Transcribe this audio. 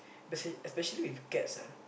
especially especially with cats ah